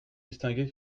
distinguer